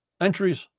entries